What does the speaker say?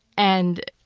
and